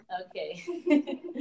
Okay